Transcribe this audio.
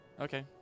Okay